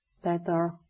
better